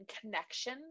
connection